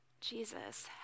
Jesus